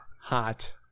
hot